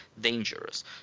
dangerous